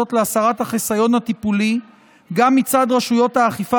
להסרת החיסיון הטיפולי גם מצד רשויות האכיפה,